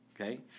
okay